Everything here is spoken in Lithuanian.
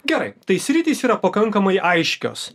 gerai tai sritys yra pakankamai aiškios